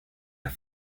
las